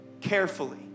Carefully